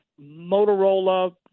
Motorola